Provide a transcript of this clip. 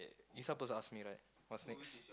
you supposed to ask me right what's next